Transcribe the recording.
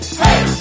hey